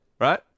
right